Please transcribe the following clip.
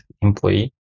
employee